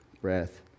breath